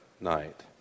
night